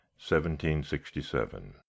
1767